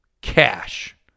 cash